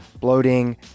bloating